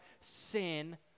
sin